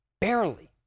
barely